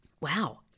Wow